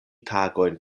tagojn